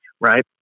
right